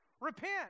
Repent